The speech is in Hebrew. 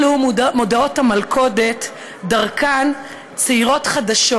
אלו מודעות המלכודת שדרכן צעירות חדשות